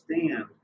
understand